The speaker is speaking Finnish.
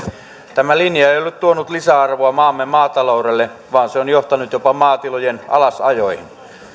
tämä linja ei ei ole tuonut lisäarvoa maamme maataloudelle vaan se on johtanut jopa maatilojen alasajoihin